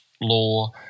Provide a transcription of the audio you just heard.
law